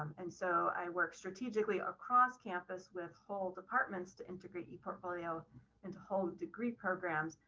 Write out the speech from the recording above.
and so i work strategically across campus with whole departments to integrate the portfolio into home degree programs.